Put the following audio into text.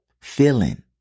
feeling